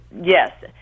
yes